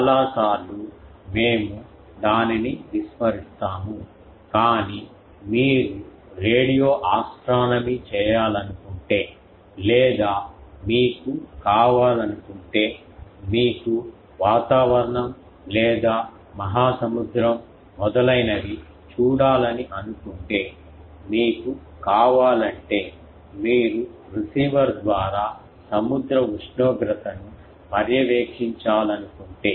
చాలాసార్లు మేము దానిని విస్మరిస్తాము కానీ మీరు రేడియో ఆస్ట్రానమీ చేయాలనుకుంటే లేదా మీకు కావాలనుకుంటే మీకు వాతావరణం లేదా మహాసముద్రం మొదలైనవి చూడాలని అనుకుంటే మీకు కావాలంటే మీరు రిసీవర్ ద్వారా సముద్ర ఉష్ణోగ్రతను పర్యవేక్షించాలనుకుంటే